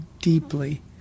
deeply